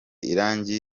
irangi